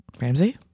Ramsey